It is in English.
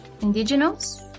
indigenous